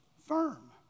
firm